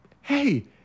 Hey